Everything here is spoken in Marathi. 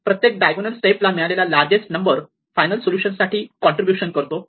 प्रत्येक डायगोनल स्टेप ला मिळालेला लार्जेस्ट नंबर फायनल सोल्युशन साठी कॉन्ट्रीब्युशन करतो